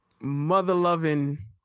mother-loving